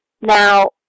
Now